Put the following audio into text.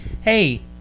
Hey